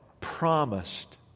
promised